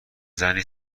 زنی